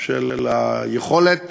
של היכולת